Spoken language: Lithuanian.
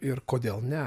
ir kodėl ne